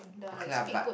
oaky lah but